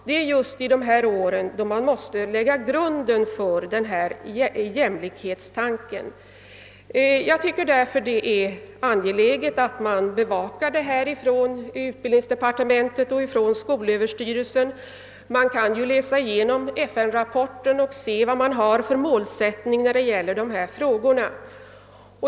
Det är just i de här åren man måste lägga grunden för jämlikhetstanken. Jag tycker därför att det är angeläget att man från utbildningsdepartementets och skolöverstyrelsens sida bevakar detta. Man kan ju läsa igenom FN-rapporten och se vilken målsättning som ställts upp i dessa frågor.